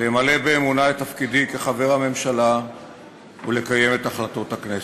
למלא באמונה את תפקידי כחבר הממשלה ולקיים את החלטות הכנסת.